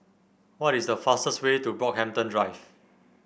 what is the fastest way to Brockhampton Drive